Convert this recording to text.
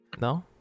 no